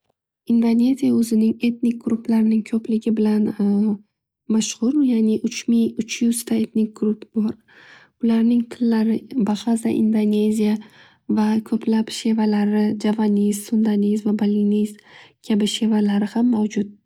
Indoneziya o'zining etnik gruplarini ko'pligi bilan mashhur yani uch ming uch yuzda etnik guruh bor. Ularning tillari bahaza indoneziya, va ko'plab shevalarijavanez sundavez va baliniz kabi shevalari ham mavjud.